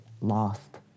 lost